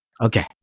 Okay